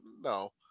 no